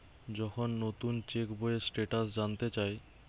যখন নুতন চেক বইয়ের স্টেটাস জানতে চায়